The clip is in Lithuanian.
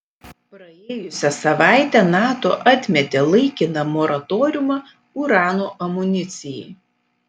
praėjusią savaitę nato atmetė laikiną moratoriumą urano amunicijai